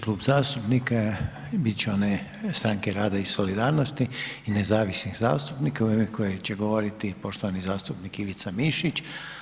klub zastupnika bit će onaj Stranke rada i solidarnosti i nezavisnih zastupnika u ime kojeg će govoriti poštovani zastupnik Ivica Mišić.